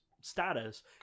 status